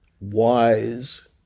wise